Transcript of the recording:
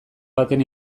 baten